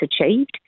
achieved